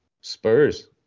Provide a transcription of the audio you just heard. Spurs